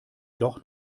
doch